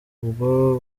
ubwo